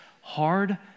hard